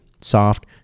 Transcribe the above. Soft